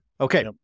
Okay